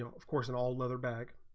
of course and all leatherback